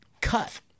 cut